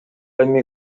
эми